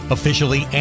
Officially